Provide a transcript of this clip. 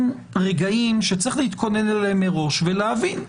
רגעים שצריך להתכונן אליהם מראש ולהבין.